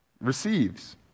receives